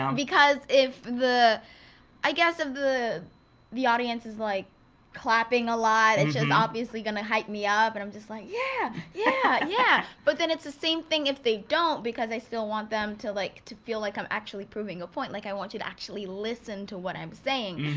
um because if the i guess if the the audience is like clapping a lot, it's just and obviously gonna hype me up. but i'm just like, yeah! yeah! yeah! but then it's the same thing if they don't because i still want them to like to feel like i'm actually proving a point. like i want you to actually listen to what i'm saying.